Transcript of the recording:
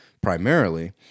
primarily